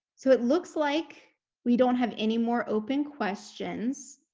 so it looks like we don't have any more open questions.